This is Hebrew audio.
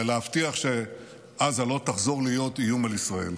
ולהבטיח שעזה לא תחזור להוות איום על ישראל.